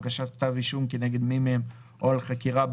או הגשת כתב אישום כנגד מי מהם או על חקירה,